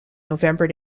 november